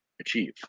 achieve